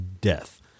death